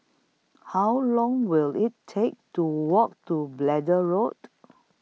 How Long Will IT Take to Walk to Braddell Road